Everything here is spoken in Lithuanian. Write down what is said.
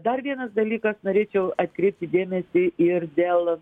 dar vienas dalykas norėčiau atkreipti dėmesį ir dėl